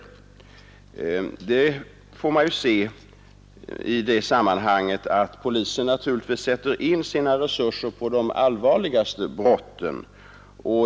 I det sammanhanget kan sägas att det är naturligt att polisen sätter in sina resurser på de allvarligaste brotten.